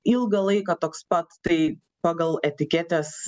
ilgą laiką toks pat tai pagal etiketes